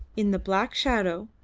in the black shadow,